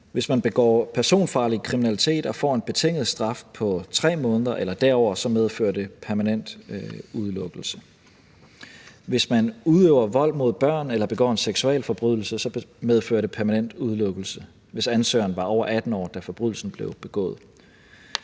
Hvis man begår personfarlig kriminalitet og får en betinget straf på 3 måneder eller derover, medfører det permanent udelukkelse. Hvis man udøver vold mod børn eller begår en seksualforbrydelse, medfører det permanent udelukkelse, hvis ansøgeren var over 18 år, da forbrydelsen blev begået.